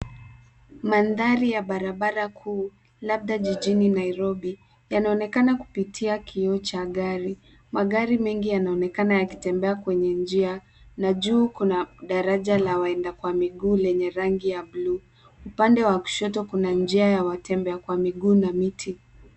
Mandhari ya barabara kuu labda jijini Nairobi, yanaonekana kupitia kioo cha gari. Magari mengi yanaonekana yakitembea kwenye njia, na juu kuna daraja la waenda kwa miguu, lenye rangi ya blue .Upande wa kushoto kuna njia ya watembea kwa miguu na miti.